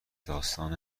داستان